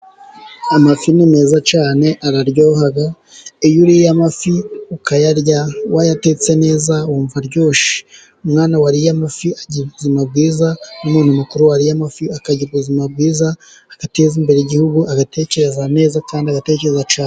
Amafi ni meza cyane araryoha, iyo uriye amafi ukayarya wayatetse neza wumva aryoshye, umwana wariye amafi agira ubuzima bwiza n'umuntu mukuru wariye amafi akagira ubuzima bwiza, agateza imbere igihugu agatekereza neza kandi agatekereza cyane.